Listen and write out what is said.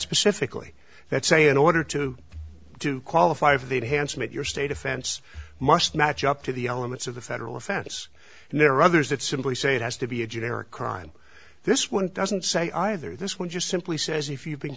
specifically that say in order to do qualify for the advancement your state offense must match up to the elements of the federal offense and there are others that simply say it has to be a generic crime this one doesn't say either this one just simply says if you've been